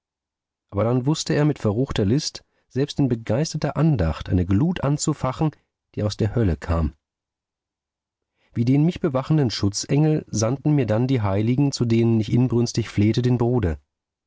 aber dann wußte er mit verruchter list selbst in begeisterter andacht eine glut anzufachen die aus der hölle kam wie den mich bewachenden schutzengel sandten mir dann die heiligen zu denen ich inbrünstig flehte den bruder